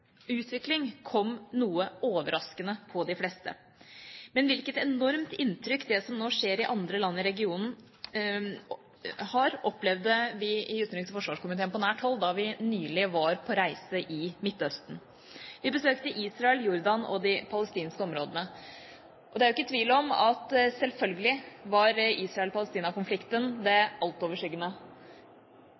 utvikling kom noe overraskende på de fleste. Men hvilket enormt inntrykk det som nå skjer i andre land i regionen, gjør, opplevde vi i utenriks- og forsvarskomiteen på nært hold da vi nylig var på reise i Midtøsten. Vi besøkte Israel, Jordan og de palestinske områdene. Det er ikke tvil om at Israel–Palestina-konflikten var det altoverskyggende.